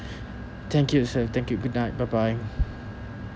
thank you sally thank you goodnight bye bye